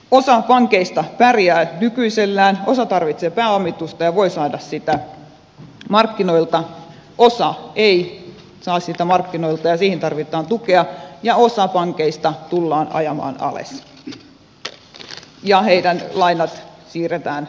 osa pankeista pärjää nykyisellään osa tarvitsee pääomitusta ja voi saada sitä markkinoilta osa ei saa sitä markkinoilta ja siihen tarvitaan tukea ja osa pankeista tullaan ajamaan alas ja niiden lainat siirretään roskapankkiin